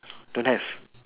don't have